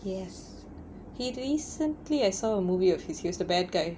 yes he recently I saw a movie of his he was the bad guy